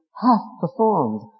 half-performed